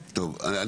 החוק.